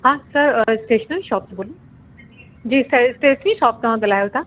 हा sir stationery shop बोल जी सर स्टेशनरी शॉप तव्हां ॻल्हायो था